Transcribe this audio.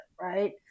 right